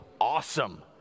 awesome